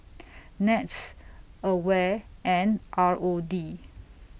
Nets AWARE and R O D